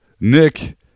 Nick